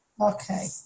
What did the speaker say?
okay